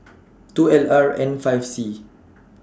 two L R N five C